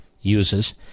uses